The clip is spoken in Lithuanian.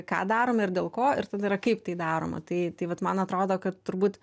ką darom ir dėl ko ir tada yra kaip tai daroma tai tai vat man atrodo kad turbūt